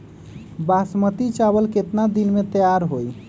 बासमती चावल केतना दिन में तयार होई?